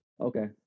Okay